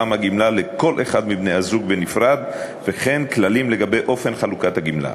הגמלה לכל אחד מבני-הזוג בנפרד וכן כללים לגבי אופן חלוקת הגמלה.